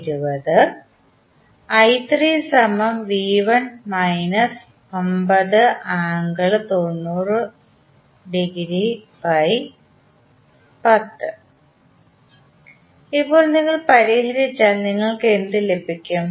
ഇപ്പോൾ നിങ്ങൾ പരിഹരിച്ചാൽ നിങ്ങൾക്ക് എന്ത് ലഭിക്കും